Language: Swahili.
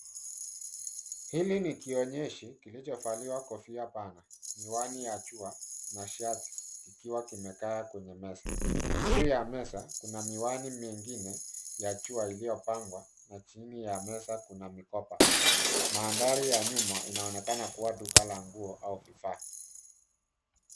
Hili ni kionyeshi kilichovaliwa kofia pana, miwani ya jua na shati kikiwa kimekaa kwenye meza. Juu ya meza, kuna miwani mingine ya jua iliyopangwa na chini ya meza kuna mikoba. Maandhari ya nyuma inaonekana kuwa duka la nguo au vifaa.